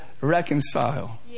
reconcile